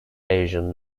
asian